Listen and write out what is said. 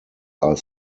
are